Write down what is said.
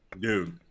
dude